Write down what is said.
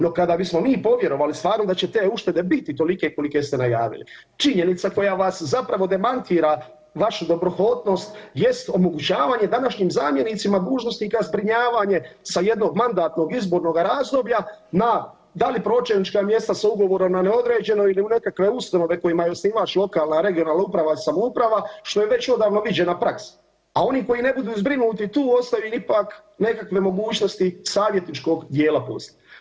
No kada bismo mi povjerovali stvarno da će te uštede biti tolike kolike ste najavila, činjenica koja vas zapravo demantira vašu dobrohotnost jest omogućavanje današnjim zamjenicima dužnosnika zbrinjavanje sa jednog mandatnog izbornoga razdoblja na, da li pročelnička mjesta sa Ugovorom na neodređeno ili u nekakve ustanove kojima je osnivač lokalna, regionalna uprava i samouprava, što je već odavno viđena praksa, a oni koji ne budu zbrinuti tu, ostaju im ipak neke mogućnosti savjetničkog dijela posla.